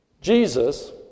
Jesus